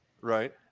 Right